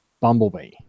Bumblebee